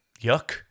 yuck